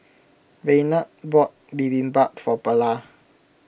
Raynard bought Bibimbap for Perla